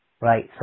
right